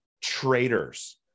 traitors